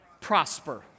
prosper